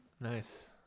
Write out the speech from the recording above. nice